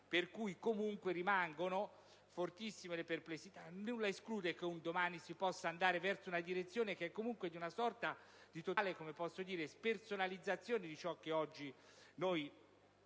per cui comunque rimangono fortissime le perplessità. Nulla esclude che un domani si possa andare verso una direzione che è comunque di una sorta di totale spersonalizzazione di ciò che oggi noi